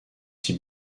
s’y